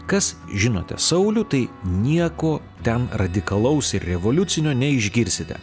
kas žinote saulių tai nieko ten radikalaus revoliucinio neišgirsite